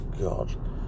god